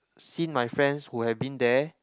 seen my friends who have been there